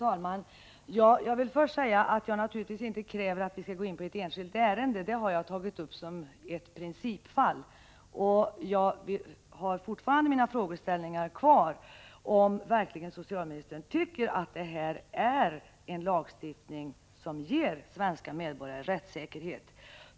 Herr talman! Jag vill först säga att jag naturligtvis inte kräver att vi skall gå in på det enskilda ärende som jag har redogjort för i min interpellation. Det har jag tagit upp som ett principfall. Mina frågeställningar är fortfarande kvar. Tycker verkligen socialministern att nuvarande lagstiftning på detta område ger svenska medborgare rättssäkerhet?